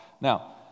Now